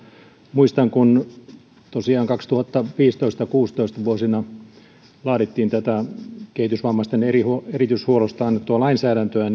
muistan kun tosiaan vuosina kaksituhattaviisitoista viiva kuusitoista laadittiin tätä kehitysvammaisten erityishuollosta annettua lainsäädäntöä